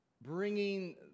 bringing